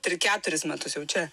tri keturis metus jau čia